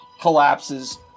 collapses